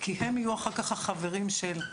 כי הם יהיו אחר כך החברים של.